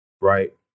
right